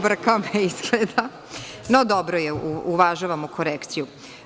No, dobro je, uvažavamo korekciju.